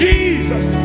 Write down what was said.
Jesus